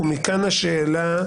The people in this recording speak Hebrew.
ומכאן השאלה,